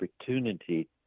opportunity